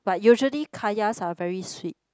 but usually kayas are very sweet